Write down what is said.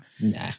nah